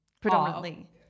predominantly